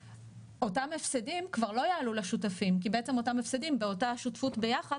אותם הפסדים כבר לא יעלו לשותפים כי בעצם אותם הפסדים באותה שותפות ביחד